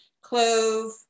clove